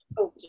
Okay